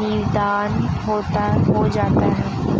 निदान हो जाता है